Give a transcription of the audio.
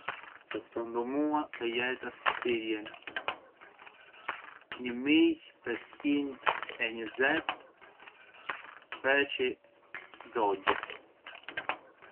Secundu mua te jeta sistirjën një mijë pes qint e njëzet speçi zogje